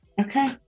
Okay